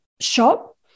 shop